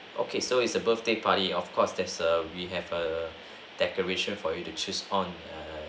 okay so is a birthday party of course there's a we have a decoration for you to choose on err